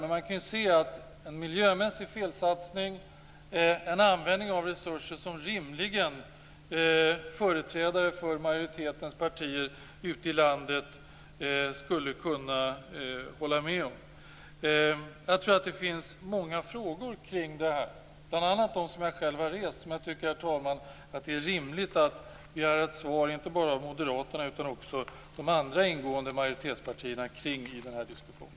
Man kan dock se att det är en miljömässig felsatsning och en användning av resurser som företrädare för majoritetens partier ute i landet rimligen inte skulle kunna hålla med om. Det finns många frågor kring det här, bl.a. de som jag själv har rest. Dessa frågor tycker jag, herr talman, att det är rimligt att begära ett svar på, inte bara av Moderaterna utan också av de andra partier som ingår i majoriteten i den här diskussionen.